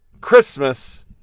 Christmas